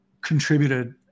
contributed